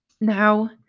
Now